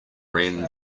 ran